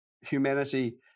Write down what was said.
humanity